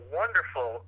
wonderful